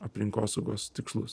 aplinkosaugos tikslus